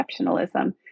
exceptionalism